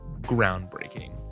groundbreaking